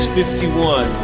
51